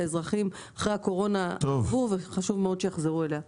האזרחים אחרי הקורונה עברו וחשוב מאוד שיחזרו אליה.